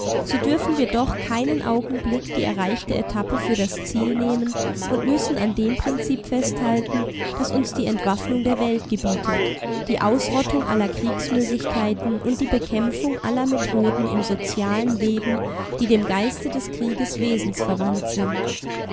so dürfen wir doch keinen augenblick die erreichte etappe für das ziel nehmen und müssen an dem prinzip festhalten das uns die entwaffnung der welt gebietet die ausrottung aller kriegsmöglichkeiten und die bekämpfung aller methoden im sozialen leben die dem geiste des krieges wesensverwandt sind